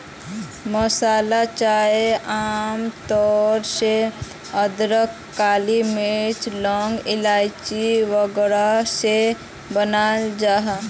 मसाला चाय आम तौर पे अदरक, काली मिर्च, लौंग, इलाइची वगैरह से बनाल जाहा